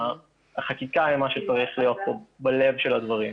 והחקיקה היא מה שצריך להיות בלב של הדברים.